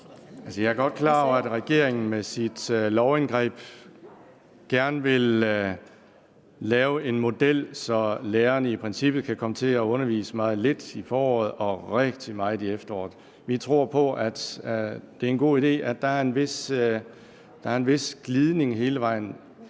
Jeg er godt klar over, at regeringen med sit lovindgreb gerne vil lave en model, så lærerne i princippet kan komme til at undervise meget lidt i foråret og rigtig meget i efteråret. Vi tror på, at det er en god idé, at der er en vis glidning hele vejen